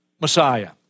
Messiah